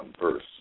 verse